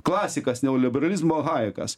klasikas neoliberalizmo hajekas